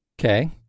Okay